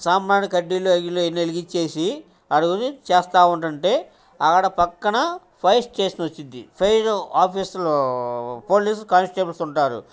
సాంబ్రాణి కడ్డీలు అవి వెలిగించేసి అడుగుని చేస్తూ ఉంటంటే అక్కడ పక్కన ఫైర్ స్టేషన్ వస్తుంది ఫైర్ ఆఫీసులో పోలీసు కాంస్టేబుల్స్ ఉంటారు